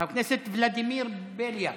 חבר הכנסת ולדימיר בליאק,